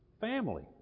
Family